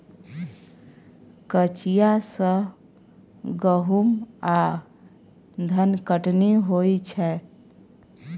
कचिया सँ गहुम आ धनकटनी होइ छै